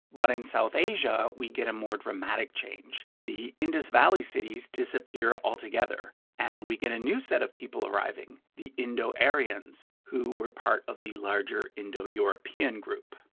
but in south asia, we get a more dramatic change. the indus valley cities disappear altogether and we get a new set of people arriving, the indo-aryans, who were part of the larger indo-european group.